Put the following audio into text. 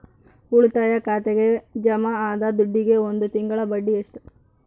ಉಳಿತಾಯ ಖಾತೆಗೆ ಜಮಾ ಆದ ದುಡ್ಡಿಗೆ ಒಂದು ತಿಂಗಳ ಬಡ್ಡಿ ಎಷ್ಟು?